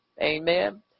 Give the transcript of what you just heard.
Amen